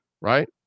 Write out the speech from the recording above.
right